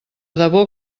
debò